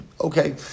Okay